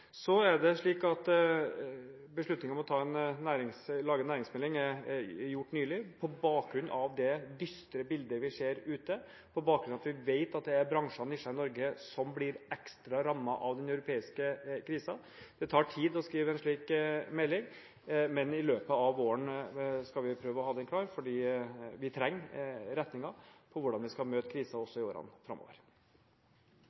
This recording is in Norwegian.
om å lage en næringsmelding er gjort nylig på bakgrunn av det dystre bildet vi ser ute, og på bakgrunn av at vi vet at det er bransjer og nisjer i Norge som blir ekstra rammet av den europeiske krisen. Det tar tid å skrive en slik melding, men i løpet av våren skal vi prøve å ha den klar, for vi trenger retninger for hvordan vi skal møte krisen også